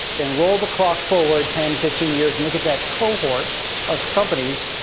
then roll the clock forward ten, fifteen years and look at that cohort of companies.